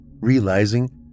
Realizing